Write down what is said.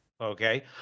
okay